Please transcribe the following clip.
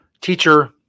teacher